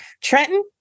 Trenton